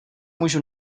můžu